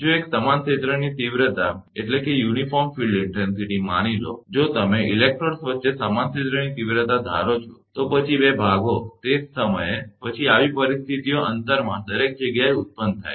જો એક સમાન ક્ષેત્રની તીવ્રતા માની લો જો તમે ઇલેક્ટ્રોડ્સ વચ્ચે સમાન ક્ષેત્રની તીવ્રતાને ધારો છો તો પછી બે ભાગો તે જ સમયે પછી આવી પરિસ્થિતિઓ અંતરમાં દરેક જગ્યાએ ઉત્પન્ન થાય છે